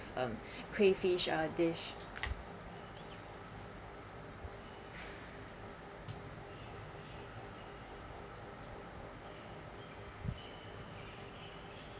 um crayfish are this